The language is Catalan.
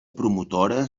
promotora